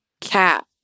cat